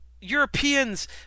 Europeans